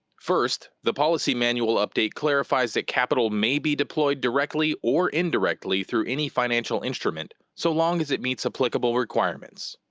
first, the policy manual update clarifies that capital may be deployed directly or indirectly through any financial instrument so long as it meets applicable requirements.